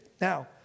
Now